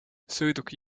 sõiduki